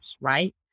right